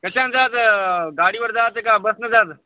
कशानी जायचं गाडीवर जायचं का बसनं जातं